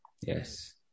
Yes